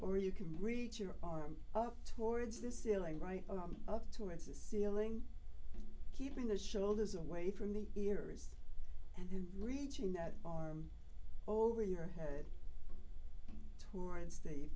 or you can reach your arm up towards this illing right up towards the ceiling keeping the shoulders away from the nearest and then reaching that arm over your head towards the